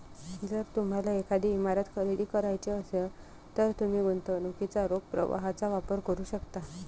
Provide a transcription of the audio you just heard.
जर तुम्हाला एखादी इमारत खरेदी करायची असेल, तर तुम्ही गुंतवणुकीच्या रोख प्रवाहाचा वापर करू शकता